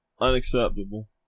Unacceptable